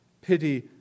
pity